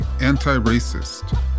anti-racist